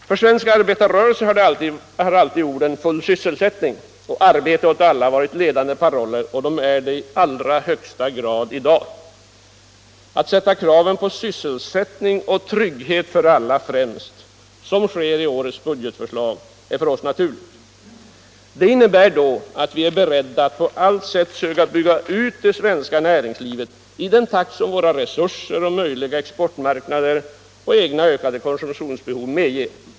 För svensk arbetarrörelse har alltid orden ”full sysselsättning” och ”arbete åt alla” varit ledande paroller och är det i allra högsta grad i dag. Att ställa kraven på sysselsättning och trygghet för alla främst, så som sker i årets budgetförslag, är för oss naturligt. Det innebär då att vi är beredda att på allt sätt söka bygga ut det svenska näringslivet i den takt som våra resurser, möjliga exportmarknader och egna ökade konsumtionsbehov medger.